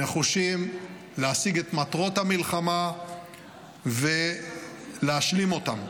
נחושים להשיג את מטרות המלחמה ולהשלים אותן.